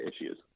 issues